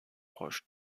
proche